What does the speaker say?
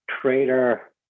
trader